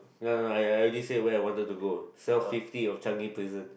no no I I already say where I wanted to go cell fifty of Changi prison